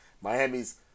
Miami's